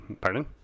Pardon